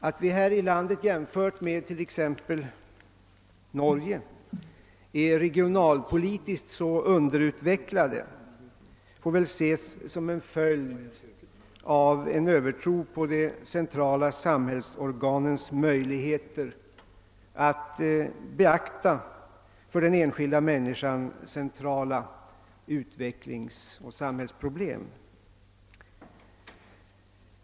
Att vi här i landet i jämförelse t.ex. med Norge är regionalpolitiskt så underutvecklade får väl ses som en följd av en övertro på de centrala samhällsorganens möjligheter att beakta för den enskilda människan betydelsefulla utvecklingsoch samhällsproblem.